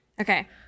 Okay